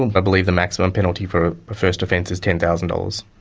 and i believe the maximum penalty for a first offence is ten thousand dollars.